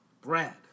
Brad